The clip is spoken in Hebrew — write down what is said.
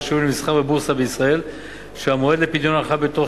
הרשומים למסחר בבורסה בישראל ושהמועד לפדיונם חל בתוך